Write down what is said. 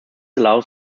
allows